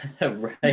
Right